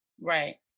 Right